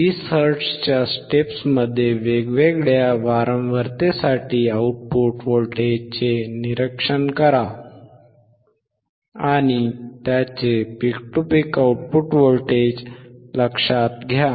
20 हर्ट्झच्या स्टेप्समध्ये वेगवेगळ्या वारंवारतेसाठी आउटपुट व्हाउटचे निरीक्षण करा आणि त्याचे peak to peak output voltage लक्षात घ्या